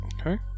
Okay